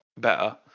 better